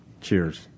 cheers